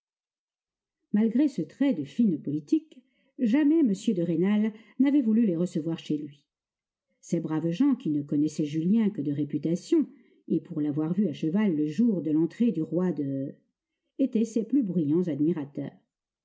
malgré ce trait de fine politique jamais m de rênal n'avait voulu les recevoir chez lui ces braves gens qui ne connaissaient julien que de réputation et pour lavoir vu à cheval le jour de l'entrée du roi de étaient ses plus bruyants admirateurs